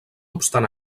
obstant